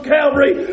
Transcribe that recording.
Calvary